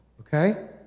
Okay